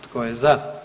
Tko je za?